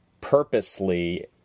purposely